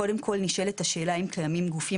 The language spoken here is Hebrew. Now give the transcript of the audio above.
קודם כל נשאלת השאלה האם קיימים גופים